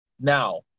Now